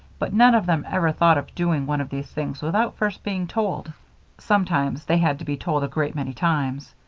but none of them ever thought of doing one of these things without first being told sometimes they had to be told a great many times.